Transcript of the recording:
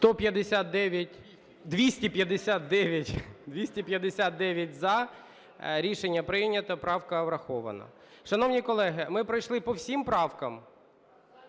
За-259 Рішення прийнято. Правка врахована. Шановні колеги, ми пройшли по всім правкам.